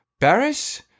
Paris